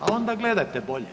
A onda gledajte bolje.